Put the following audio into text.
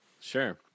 Sure